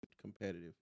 competitive